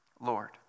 Lord